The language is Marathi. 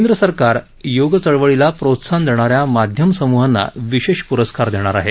केंद्र सरकार योग चळवळीला प्रोत्साहन देणाऱ्या माध्यम समुहांना विशेष पुरस्कार देणार आहे